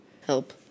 Help